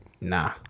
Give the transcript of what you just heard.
Nah